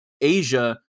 Asia